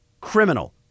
criminal